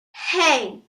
hey